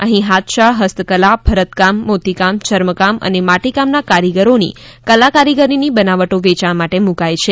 અહી હાથશાળ હસ્તકલા ભરતકામ મોતીકામ ચર્મકામ અને માટીકામના કારીગરોની કલા કારીગરી ની બનાવટો વેચાણ માટે મુકાઈ છે